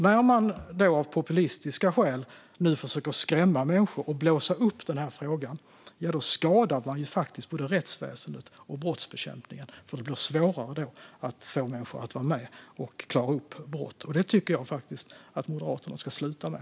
När man av populistiska skäl nu försöker skrämma människor och blåsa upp denna fråga skadar man faktiskt både rättsväsendet och brottsbekämpningen, eftersom det blir svårare att få människor att vara med och klara upp brott. Det tycker jag faktiskt att Moderaterna ska sluta med.